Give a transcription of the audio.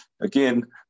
Again